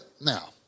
now